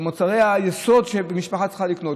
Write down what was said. במוצרי היסוד שמשפחה צריכה לקנות,